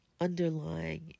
Underlying